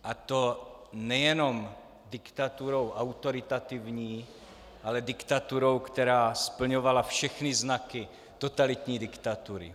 A to nejenom diktaturou autoritativní, ale diktaturou, která splňovala všechny znaky totalitní diktatury.